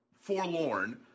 forlorn